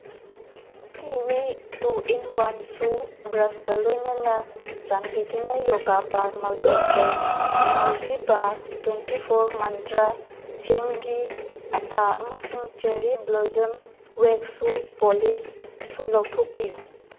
kiwi two in one ꯁꯨ ꯕ꯭ꯔꯁꯀ ꯂꯣꯏꯅꯅ ꯆꯥꯟꯕꯤꯗꯨꯅ Yoga Bar multigrain energy bar twenty four Mantra ꯆꯦꯡꯒꯤ ꯑꯠꯇꯥ ꯑꯃꯁꯨꯡ ꯆꯦꯔꯤ ꯕ꯭ꯂꯣꯖꯝ ꯋꯦꯛꯁ ꯁꯨ ꯄꯣꯂꯤꯁ ꯁꯨ ꯂꯧꯊꯣꯛꯄꯤꯌꯨ